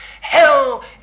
Hell